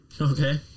Okay